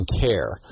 care